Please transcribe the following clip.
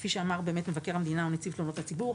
כפי שאמר באמת מבקר המדינה ונציב תלונות הציבור,